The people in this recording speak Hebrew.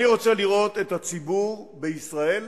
אני רוצה לראות את הציבור בישראל,